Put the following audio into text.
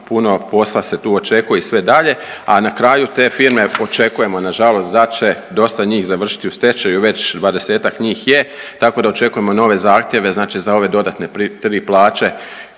puno posla se tu očekuje i sve dalje, a na kraju te firme očekujemo nažalost da će dosta njih završiti u stečaju, već 20-ak njih je tako da očekujemo nove zahtjeve, znači za ove dodatne 3 plaće